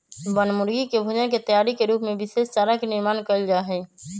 बनमुर्गी के भोजन के तैयारी के रूप में विशेष चारा के निर्माण कइल जाहई